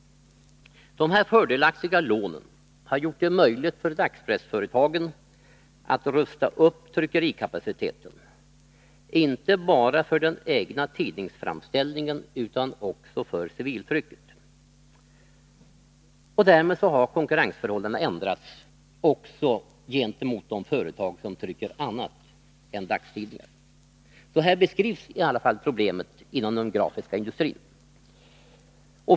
De fördelaktiga lånen har gjort det möjligt för dagspressföretagen att rusta upp tryckerikapaciteten, inte bara för den egna tidningsframställningen utan också för civiltrycket. Därmed har konkurrensförhållandena ändrats också gentemot de företag som trycker annat än dagstidningar. Så här beskrivs i alla fall problemet inom den grafiska industrin.